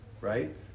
right